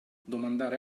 domandare